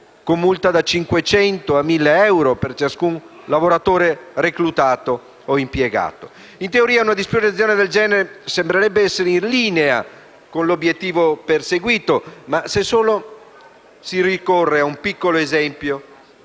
con multa da 500 euro a 1.000 euro per ciascun lavoratore reclutato o impiegato. In teoria, una disposizione del genere sembrerebbe essere in linea con l'obiettivo perseguito, ma se solo si ricorre ad un piccolo esempio